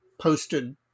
posted